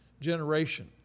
generation